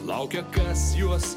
laukia kas juos